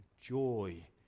joy